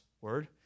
word